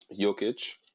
Jokic